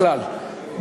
בכלל,